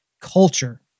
culture